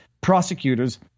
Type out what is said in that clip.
prosecutors